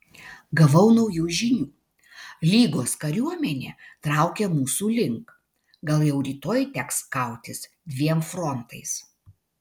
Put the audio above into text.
gavau naujų žinių lygos kariuomenė traukia mūsų link gal jau rytoj teks kautis dviem frontais